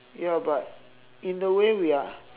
ya but in a way we are